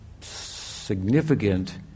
significant